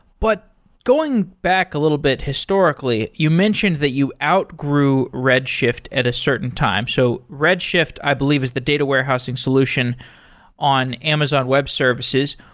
but going back a little bit historically, you mentioned that you outgrew red shift at a certain time. so red shift i believe is the data warehousing solution on amazon web services.